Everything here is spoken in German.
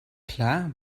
klar